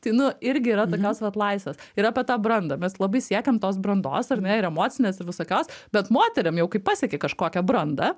tai nu irgi yra tokios vat laisvės ir apie tą brandą mes labai siekiam tos brandos ar ne ir emocinės ir visokios bet moterim jau kai pasieki kažkokią brandą